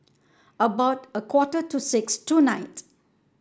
about a quarter to six tonight